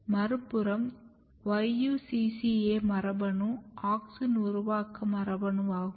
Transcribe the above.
மறுபுறம் YUCCA மரபணு auxin உருவாக்கும் மரபணுவாகும்